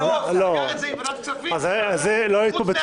הוא סגר את זה עם ועדת הכספים, אבל חוץ מהרבנים.